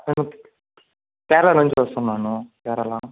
కేరళ నుంచి వస్తున్నాను కేరళ